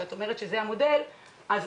שזה המודל לפי מה שאת אומרת,